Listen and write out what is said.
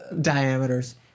Diameters